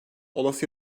olası